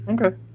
Okay